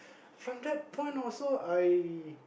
from that point also I